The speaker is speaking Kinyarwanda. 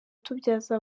tubyaza